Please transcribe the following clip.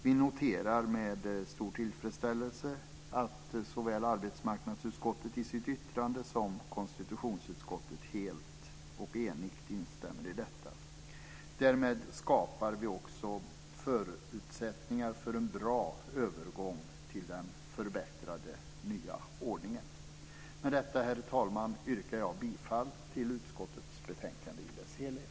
Vi noterar med stor tillfredsställelse att såväl arbetsmarknadsutskottet i sitt yttrande som konstitutionsutskottet helt och enigt instämmer i detta. Därmed skapar vi också förutsättningar för en bra övergång till den förbättrade nya ordningen. Med detta, herr talman, yrkar jag bifall till utskottets förslag i dess helhet.